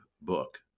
book